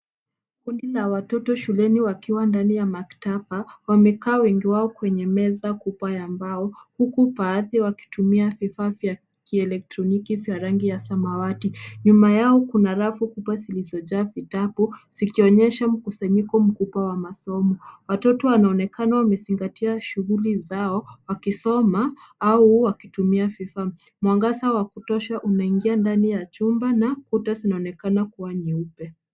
Kundi la watoto shuleni wakiwa ndani ya maktaba. Wamekaa wengi yao kwenye meza kubwa ya mbao, huku baadhi yao wakitumia vifaa vya kielektroniki na rangi ya samawati. Nyuma yao kuna rafu kubwa zilizojaa vitabu zikionyesha mkusanyiko mkubwa wa masomo. Watoto wanaonekana wamezingatia shughuli zao wakisoma au wakitumia vifaa. Mwangaza wa kutosha umeingia ndani ya chumba na kuta zinaonekana kuwa nyeupe.